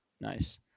nice